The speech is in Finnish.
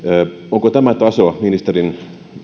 onko tämä taso ministerin